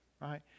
right